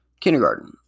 kindergarten